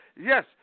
yes